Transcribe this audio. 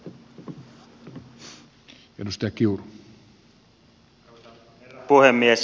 arvoisa herra puhemies